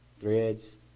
threads